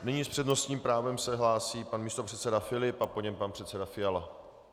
Nyní se s přednostním právem hlásí pan místopředseda Filip a po něm pan předseda Fiala.